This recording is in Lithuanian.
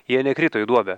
jie nekrito į duobę